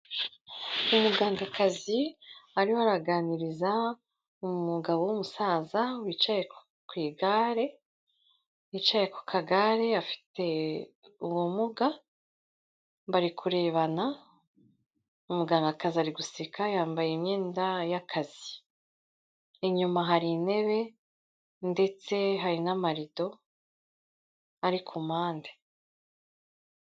Umugangakazi ariho araganiriza umugabo w'umusaza wicaye ku igare, yicaye ku kagare afite ubumuga; bari kurebana, umugangakazi ari guseka yambaye imyenda y'akazi. Inyuma hari intebe, ndetse hari n'amarido, ari ku mpande.